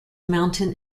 mountain